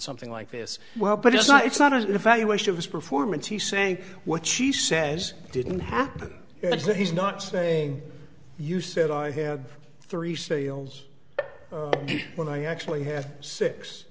something like this well but it's not it's not an evaluation of his performance he's saying what she says didn't happen it's that he's not saying you said i have three sales when i actually have six